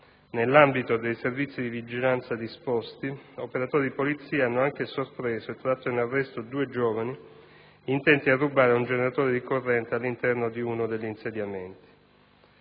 Nell'ambito dei servizi di vigilanza disposti operatori di polizia hanno anche sorpreso e tratto in arresto due giovani, intenti a rubare un generatore di corrente all'interno di uno degli insediamenti.